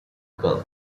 gulf